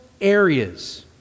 areas